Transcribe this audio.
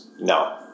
no